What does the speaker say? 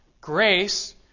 grace